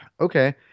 okay